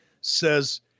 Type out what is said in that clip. says